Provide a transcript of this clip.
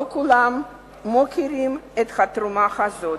לא כולם מוקירים את התרומה הזאת.